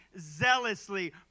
zealously